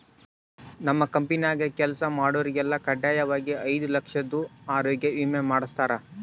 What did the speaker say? ನಮ್ ಕಂಪೆನ್ಯಾಗ ಕೆಲ್ಸ ಮಾಡ್ವಾಗೆಲ್ಲ ಖಡ್ಡಾಯಾಗಿ ಐದು ಲಕ್ಷುದ್ ಆರೋಗ್ಯ ವಿಮೆ ಮಾಡುಸ್ತಾರ